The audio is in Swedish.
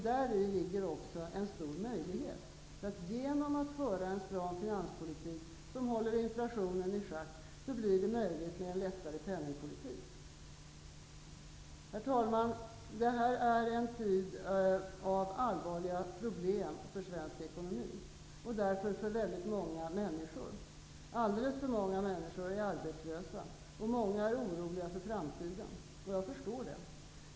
Däri ligger också en stor möjlighet. Genom att föra en stram finanspolitik som håller inflationen i schack blir det möjligt med en lättare penningpolitik. Herr talman! Detta är en tid av allvarliga problem för svensk ekonomi och därför för väldigt många människor. Alldeles för många är arbetslösa, och många är oroliga inför framtiden. Jag förstår det.